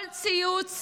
כל ציוץ